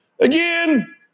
Again